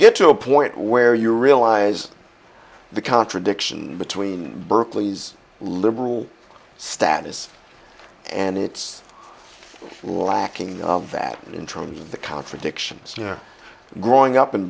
get to a point where you realize the contradiction between berkeley's liberal status and it's lacking that in terms of the contradictions growing up in